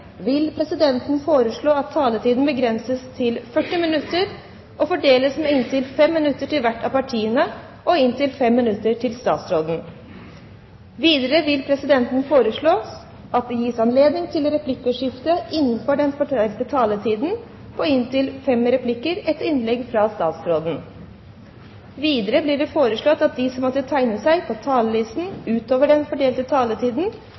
vil presidenten foreslå at taletiden begrenses til 40 minutter og fordeles med inntil 5 minutter til hvert parti og inntil 5 minutter til statsråden. Videre vil presidenten foreslå at det gis anledning til replikkordskifte på inntil fem replikker etter innlegget fra statsråden innenfor den fordelte taletid. Videre blir det foreslått at de som måtte tegne seg på talerlisten utover den fordelte